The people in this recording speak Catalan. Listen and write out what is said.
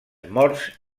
morts